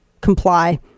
comply